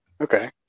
Okay